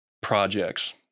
projects